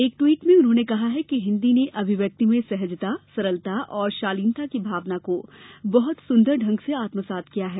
एक टवीट में उन्होने कहा कि हिन्दी ने अभिव्यक्ति में सहजता सरलता और शालीनता की भावना को बहुत सुंदर ढंग से आत्मसात किया है